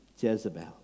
Jezebel